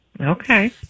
Okay